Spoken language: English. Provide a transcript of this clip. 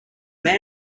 man